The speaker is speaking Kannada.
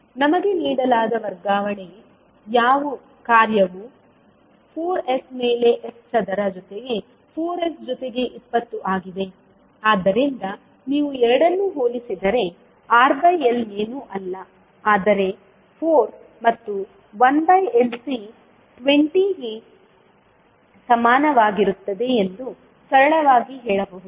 ನಮಗೆ ನೀಡಲಾದ ವರ್ಗಾವಣೆ ಕಾರ್ಯವು 4s ಮೇಲೆ s ಚದರ ಜೊತೆಗೆ 4s ಜೊತೆಗೆ 20 ಆಗಿದೆ ಆದ್ದರಿಂದ ನೀವು ಎರಡನ್ನೂ ಹೋಲಿಸಿದರೆ RL ಏನೂ ಅಲ್ಲ ಆದರೆ 4 ಮತ್ತು 1LC 20 ಗೆ ಸಮಾನವಾಗಿರುತ್ತದೆ ಎಂದು ಸರಳವಾಗಿ ಹೇಳಬಹುದು